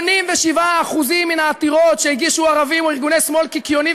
ב-87% מן העתירות שהגישו ערבים או ארגוני שמאל קיקיוניים